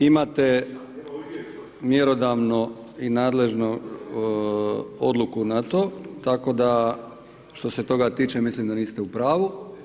Imate mjerodavno i nadležno odluku na to, tako da, što se toga tiče, mislim da niste u pravu.